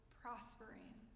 prospering